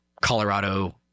Colorado